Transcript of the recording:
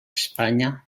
espanya